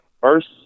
first